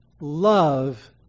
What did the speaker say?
love